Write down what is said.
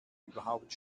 überhaupt